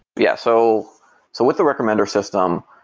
yeah. so so with the recommender system,